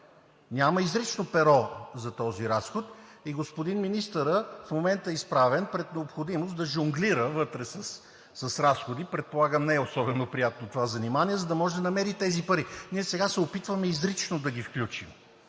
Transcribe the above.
Няма изрично перо за този разход и господин министърът в момента е изправен пред необходимостта да жонглира вътре с разходи – предполагам не е особено приятно това занимание, за да може да намери тези пари. Ние сега се опитваме това да стане